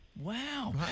Wow